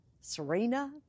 Serena